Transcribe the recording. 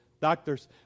Doctors